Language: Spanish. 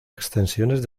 extensiones